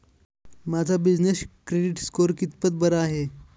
माझा business credit score कितपत बरा आहे?